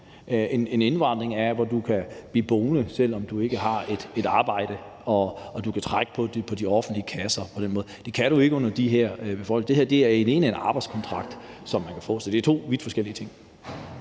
Indvandring er, at du kan blive boende, selv om du ikke har et arbejde, og at du på den måde kan trække på de offentlige kasser. Det kan du ikke under de her betingelser. Det her er en arbejdskontrakt, som man kan få – så det er to vidt forskellige ting.